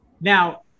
Now